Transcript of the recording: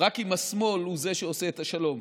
רק אם השמאל הוא שרוצה את השלום.